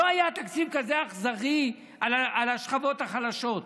לא היה תקציב כזה אכזרי לשכבות החלשות,